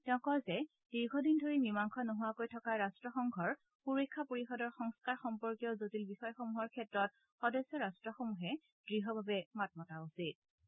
তেওঁ কয় যে দীঘদিন ধৰি মিমাংসা নোহোৱাকৈ থকা ৰাষ্টসংঘৰ সুৰক্ষা পৰিযদৰ সংস্থাৰ সম্পৰ্কীয় জটিল বিষয়সমূহৰ ক্ষেত্ৰত সদস্য ৰাট্টসমূহে দৃঢ়ভাৱে মাত মতা উচিত